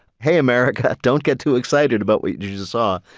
hey, america, don't get too excited about what you just saw.